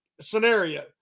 scenario